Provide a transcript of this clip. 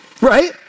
Right